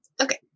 Okay